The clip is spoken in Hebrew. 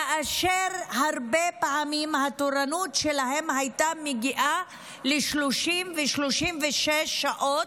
כאשר הרבה פעמים התורנות שלהן הייתה מגיעה ל-30 ו-36 שעות,